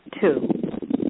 two